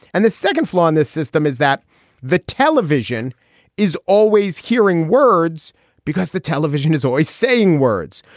and the second flaw in this system is that the television is always hearing words because the television is always saying words.